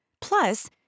Plus